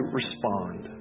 respond